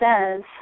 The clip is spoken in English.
says